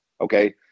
Okay